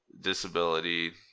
disability